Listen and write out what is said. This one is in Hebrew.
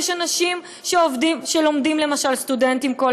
יש אנשים שלומדים כל השבוע,